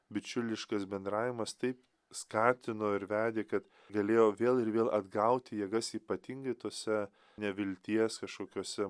bičiuliškas bendravimas tai skatino ir vedė kad galėjo vėl ir vėl atgauti jėgas ypatingai tose nevilties kašokiose